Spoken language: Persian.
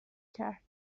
کرد